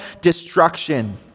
destruction